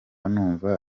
numva